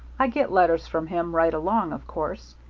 i get letters from him right along, of course.